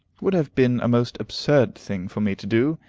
would have been a most absurd thing for me to do.